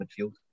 midfield